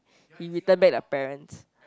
he return back the parents